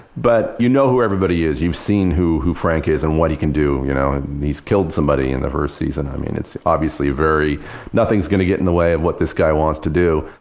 but you know who everybody is. you've seen who who frank is and what he can do. you know and he's killed somebody in the first season, i mean it's obviously very nothing's going to get in the way of what this guy wants to do.